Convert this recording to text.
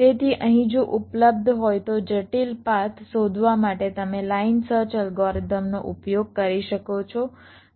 તેથી અહીં જો ઉપલબ્ધ હોય તો જટિલ પાથ શોધવા માટે તમે લાઇન સર્ચ અલ્ગોરિધમનો ઉપયોગ કરી શકો છો